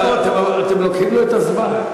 אתם לוקחים לו את הזמן.